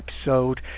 episode